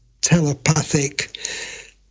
telepathic